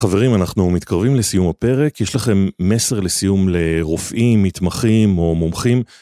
חברים, אנחנו מתקרבים לסיום הפרק. יש לכם מסר לסיום לרופאים, מתמחים או מומחים?